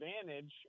advantage